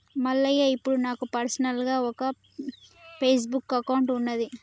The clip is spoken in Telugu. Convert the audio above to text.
మల్లయ్య ఇప్పుడు నాకు పర్సనల్గా ఒక ఫేస్బుక్ అకౌంట్ ఉన్నది